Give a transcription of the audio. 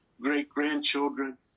great-grandchildren